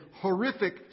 horrific